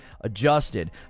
adjusted